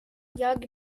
jag